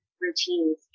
routines